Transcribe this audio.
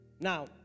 Now